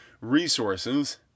resources